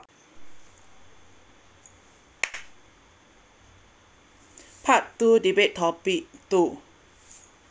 part two debate topic two